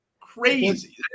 Crazy